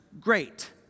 great